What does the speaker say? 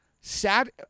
Sad